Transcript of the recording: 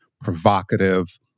provocative